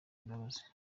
imbabazi